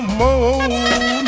more